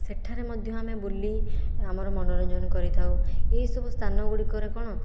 ସେଠାରେ ମଧ୍ୟ ଆମେ ବୁଲି ଆମର ମନୋରଞ୍ଜନ କରିଥାଉ ଏହିସବୁ ସ୍ଥାନ ଗୁଡ଼ିକରେ କ'ଣ